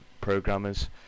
programmers